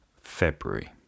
February